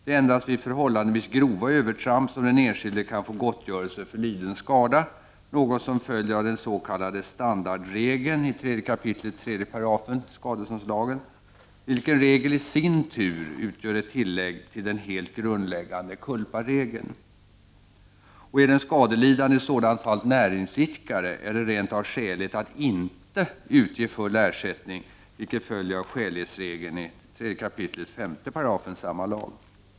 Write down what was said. Det är endast vid förhållandevis grova övertramp som den enskilde kan få gottgörelse för liden skada, något som följer av den s.k. standardregeln i 3 kap. 3 § skadeståndslagen, vilken regel i sin tur utgör ett tillägg till den helt grundläggande culparegeln. Är den skadelidande i sådant fall näringsidkare är det rent av skäligt att inte utge full ersättning, vilket följer av skälighetsregeln i 3 kap. 5§ samma lag.